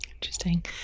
Interesting